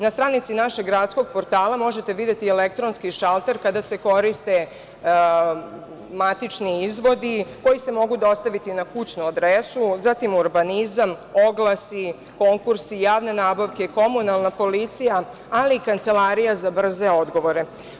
Na stranici našeg gradskog portala možete videti elektronski šalter, kada se koriste matični izvodi koji se mogu dostaviti na kućnu adresu, zatim urbanizam, oglasi, konkursi, javne nabavke, komunalna policija, ali i Kancelarija za brze odgovore.